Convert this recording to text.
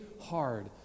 hard